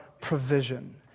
provision